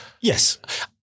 Yes